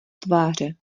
tváře